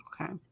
Okay